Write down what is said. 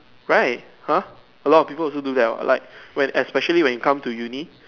right !huh! a lot of people also do that what like when especially when you come to Uni